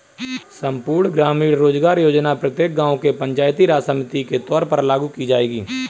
संपूर्ण ग्रामीण रोजगार योजना प्रत्येक गांव के पंचायती राज समिति के तौर पर लागू की जाएगी